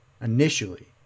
initially